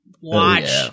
watch